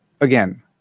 again